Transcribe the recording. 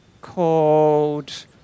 called